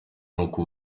nuko